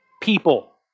people